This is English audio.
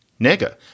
nega